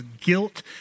guilt